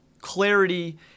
clarity